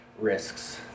risks